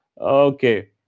Okay